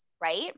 right